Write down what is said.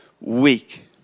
weak